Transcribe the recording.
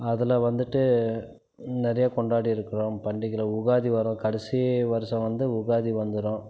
அதில் வந்துட்டு நிறைய கொண்டாடி இருக்கிறோம் பண்டிகையில் உகாதி வரும் கடைசி வருஷம் வந்து உகாதி வந்துடும்